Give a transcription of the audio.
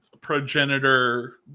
progenitor